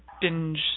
binge